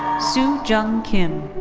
sue jeong kim.